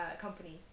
company